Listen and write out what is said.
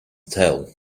tell